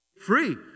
Free